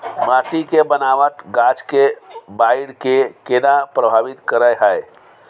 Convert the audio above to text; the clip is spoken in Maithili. माटी के बनावट गाछ के बाइढ़ के केना प्रभावित करय हय?